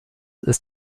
ist